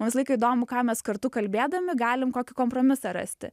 man visą laiką įdomu ką mes kartu kalbėdami galim kokį kompromisą rasti